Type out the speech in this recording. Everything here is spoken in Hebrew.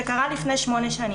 זה קרה לפני שמונה שנים.